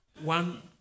One